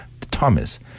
Thomas